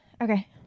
okay